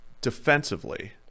defensively